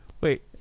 Wait